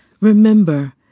Remember